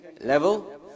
level